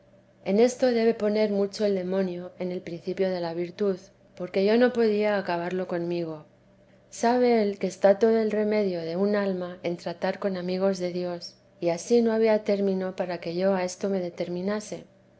en esto debe poner mucho el demonio en el principio de la virtud porque yo no podía acabarlo conmigo sabe él que está todo el remedio de un alma en tratar con amigos de dios y ansí no había término para que yo a esto me determinase